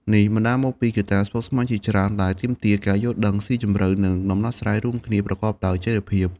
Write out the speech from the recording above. នេះបណ្តាលមកពីកត្តាស្មុគស្មាញជាច្រើនដែលទាមទារការយល់ដឹងស៊ីជម្រៅ និងដំណោះស្រាយរួមគ្នាប្រកបដោយចីរភាព។